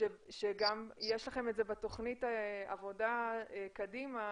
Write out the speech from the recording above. שגם יש לכם את זה בתוכנית העבודה קדימה,